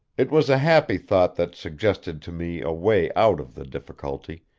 it was a happy thought that suggested to me a way out of the difficulty,